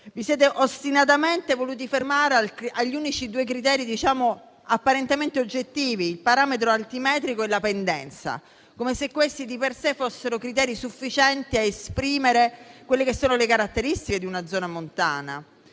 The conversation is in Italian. Vi siete ostinatamente voluti fermare agli unici due criteri apparentemente oggettivi - il parametro altimetrico e la pendenza - come se siano, di per sé, criteri sufficienti a esprimere le caratteristiche di una zona montana.